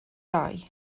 dai